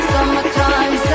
Summertime